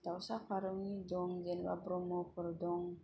दावसा फारौनि दं जेनबा ब्रह्मनि दं